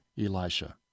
Elisha